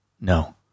No